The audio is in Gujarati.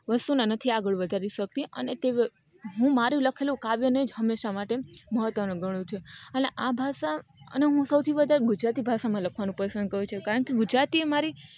વસ્તુના નથી આગળ વધારતી શકતી અને તે હું મારું લખેલું કાવ્યને જ હંમેશાં માટે મહત્ત્વનું ઘણું છું અને આ ભાષા અને હું સૌથી વધારે ગુજરાતી ભાષામાં લખવાનું પસંદ કરું છું કારણ કે ગુજરાતી એ મારી